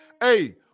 Hey